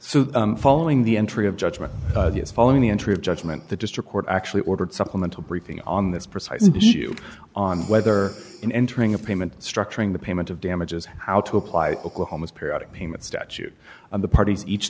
so following the entry of judgment following the entry of judgment the district court actually ordered supplemental briefing on this precise issue on whether in entering a payment structuring the payment of damages how to apply oklahoma's periodic payments statute of the parties each